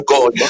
God